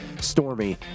Stormy